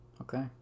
Okay